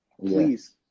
please